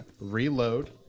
Reload